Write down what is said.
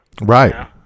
Right